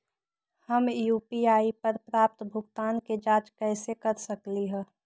हम यू.पी.आई पर प्राप्त भुगतान के जाँच कैसे कर सकली ह?